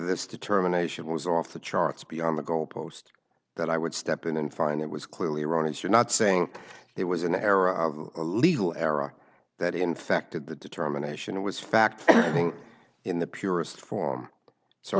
this determination was off the charts beyond the goalpost that i would step in and find it was clearly wrong as you're not saying it was an error a legal era that infected the determination it was fact in the purest form so